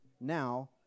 now